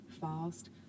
fast